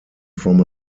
from